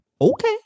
okay